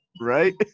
Right